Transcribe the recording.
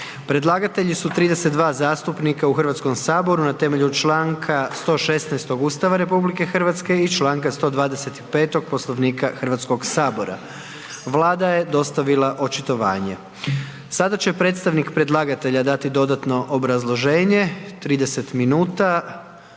Predlagatelji su 32 zastupnika u Hrvatskome saboru na temelju čl. 116 Ustava RH i čl. 125 Poslovnika Hrvatskog sabora. Vlada je dostavila očitovanje. Sada će predstavnik predlagatelja dati dodatno obrazloženje, 30 minuta.